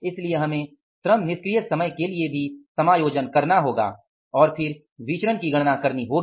इसलिए हमें श्रम निष्क्रिय समय के लिए भी समायोजन करना होगा और फिर विचरण की गणना करनी होगी